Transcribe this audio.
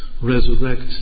resurrect